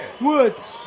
Woods